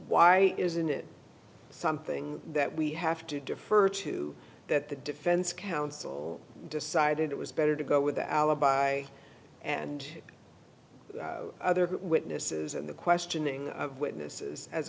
why isn't it something that we have to defer to the defense counsel decided it was better to go with that alibi and other witnesses in the questioning of witnesses as